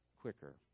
quicker